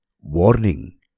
Warning